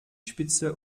spitze